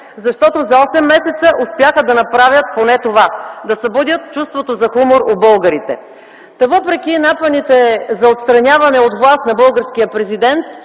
защото за 8 месеца успяха да направят поне това – да събудят чувството за хумор у българите. Въпреки напъните за отстраняване от власт на българския президент,